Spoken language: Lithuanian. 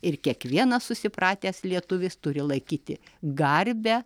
ir kiekvienas susipratęs lietuvis turi laikyti garbe